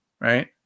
right